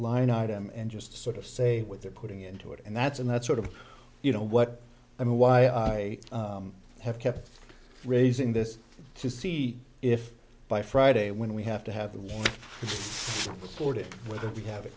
line item and just sort of say what they're putting into it and that's and that's sort of you know what i mean why i have kept raising this to see if by friday when we have to have the authority whether we have